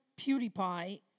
PewDiePie